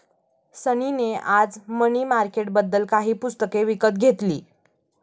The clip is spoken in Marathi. सनी ने आज मनी मार्केटबद्दल काही पुस्तके विकत घेतली